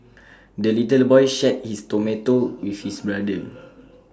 the little boy shared his tomato with his brother